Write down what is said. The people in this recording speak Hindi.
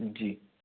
जी